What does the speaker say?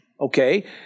Okay